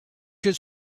has